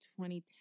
2010